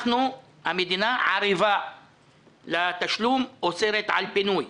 המדינה ערבה לתשלום ואוסרת על פינוי.